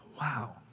Wow